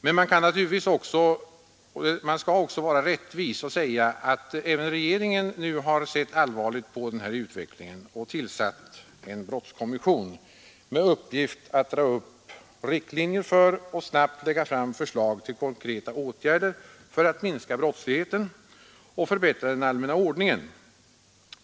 Men man bör naturligtvis vara rättvis och säga att även regeringen nu har sett allvarligt på denna utveckling och tillsatt en brottskommission med uppgift att dra upp riktlinjer för och snabbt lägga fram förslag till konkreta åtgärder för att minska brottsligheten och förbättra den allmänna ordningen.